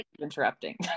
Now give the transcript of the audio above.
interrupting